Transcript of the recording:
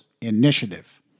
initiative